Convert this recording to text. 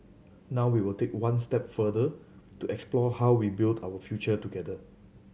now we will take one step further to explore how we will build out future together